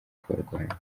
kubarwanya